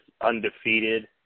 undefeated